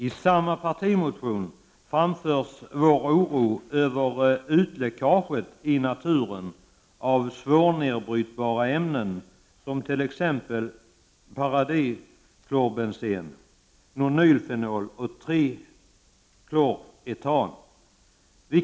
I samma partimotion framförs vår oro över läckaget ut i naturen av svårnedbrytbara ämnen som t.ex. paradiklorbensen, nonylfenol och trikloretan.